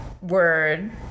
word